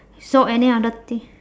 so any other thing